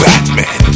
Batman